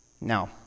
Now